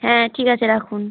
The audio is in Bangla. হ্যাঁ ঠিক আছে রাখুন